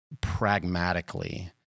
pragmatically